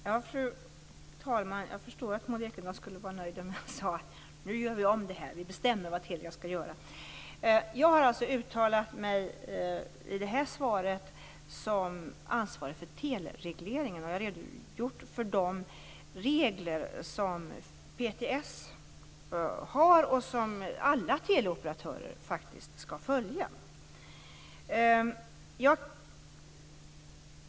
Fru talman! Jag förstår att Maud Ekendahl skulle vara nöjd om jag sade: Nu gör vi om det här och bestämmer vad Telia skall göra. Jag har alltså i det här svaret uttalat mig som ansvarig för teleregleringen. Jag har redogjort för Postoch telestyrelsens regler, som faktiskt alla teleoperatörer skall följa.